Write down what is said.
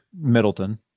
Middleton